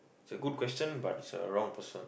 it's a good question but it's a wrong person